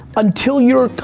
until you're,